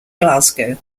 glasgow